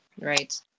right